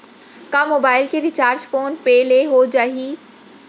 का मोबाइल के recharge phone पे ले हो जाही?